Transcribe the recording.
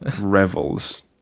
Revels